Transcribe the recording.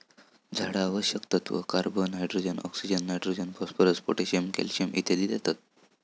झाडा आवश्यक तत्त्व, carbon, hydrogen, oxygen, nitrogen, phosphorus, potassium, calcium इत्यादी देतत